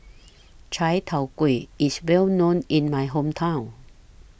Chai Tow Kuay IS Well known in My Hometown